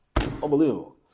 Unbelievable